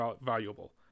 valuable